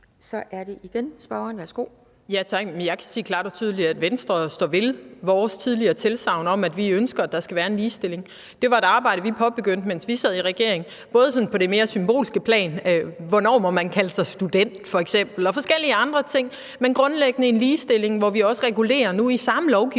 Ellen Trane Nørby (V): Tak. Jeg kan sige klart og tydeligt, at Venstre står ved vores tidligere tilsagn om, at vi ønsker, at der skal være en ligestilling. Det var et arbejde, vi påbegyndte, mens vi sad i regering – også på det mere symbolske plan, f.eks. hvornår man må kalde sig student, og forskellige andre ting, men det handler grundlæggende om en ligestilling, hvor vi også nu i samme lovgivning